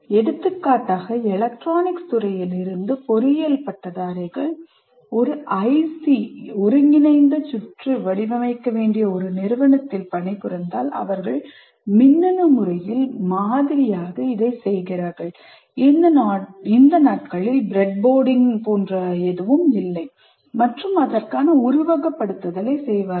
எடுத்துக்காட்டாக எலக்ட்ரானிக்ஸ் துறையில் இருந்து பொறியியல் பட்டதாரிகள் ஒரு சில்லு ஐசி ஒருங்கிணைந்த சுற்று வடிவமைக்க வேண்டிய ஒரு நிறுவனத்தில் பணிபுரிந்தால் அவர்கள் மின்னணு முறையில் மாதிரியாக இதை செய்கிறார்கள் இந்த நாட்களில் பிரெட் போர்டிங் போன்ற எதுவும் இல்லை மற்றும் அதற்கான உருவகப்படுத்துதலைச் செய்வார்கள்